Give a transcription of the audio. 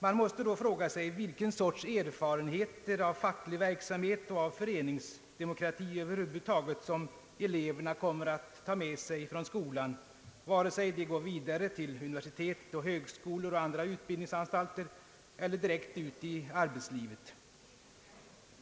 Man måste då fråga sig vilken sorts erfarenheter av facklig verksamhet och föreningsdemokrati över huvud taget som eleverna kommer att ta med sig från skolan, oavsett om de går vidare till universitet, högskolor och andra utbildningsanstalter eller går direkt ut i arbetslivet.